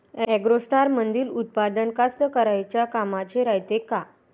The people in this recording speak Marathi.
ॲग्रोस्टारमंदील उत्पादन कास्तकाराइच्या कामाचे रायते का?